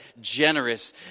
generous